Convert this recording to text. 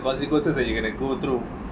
consequences you gonna go through